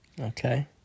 Okay